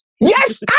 Yes